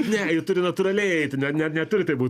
ne ji turi natūraliai eiti ne ne neturi taip būt